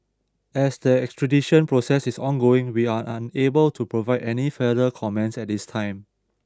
as the extradition process is ongoing we are unable to provide any further comments at this time